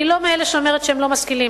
אני לא מאלה שאומרים שהם לא משכילים,